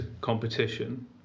competition